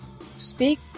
speak